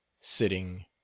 sitting